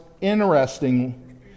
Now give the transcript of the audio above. interesting